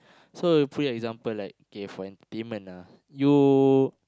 so put in example like K for entertainment ah you